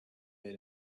made